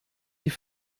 die